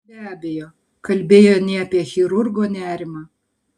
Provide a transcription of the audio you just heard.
be abejo kalbėjo ne apie chirurgo nerimą